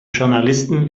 journalisten